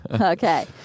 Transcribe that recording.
Okay